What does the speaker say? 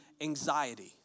anxiety